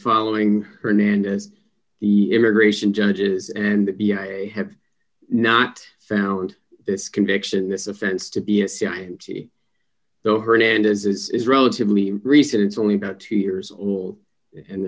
following hernandez the immigration judges and b i have not found this conviction this offense to be assigned to the hernandez it's relatively recent it's only about two years old and